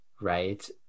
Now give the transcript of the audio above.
right